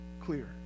clear